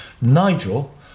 Nigel